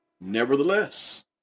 Nevertheless